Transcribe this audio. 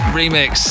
remix